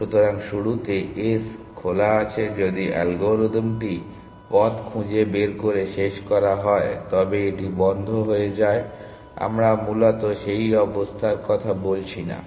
সুতরাং শুরুতে s খোলা আছে যদি অ্যালগরিদমটি পথ খুঁজে বের করে শেষ করা হয় তবে এটি বন্ধ হয়ে যায় আমরা মূলত সেই অবস্থার কথা বলছি না